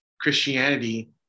Christianity